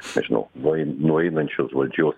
nežinau nuein nueinančios valdžios